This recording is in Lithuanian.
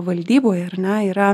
valdyboj ar ne yra